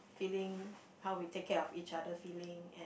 feeling how we take care of each other feeling and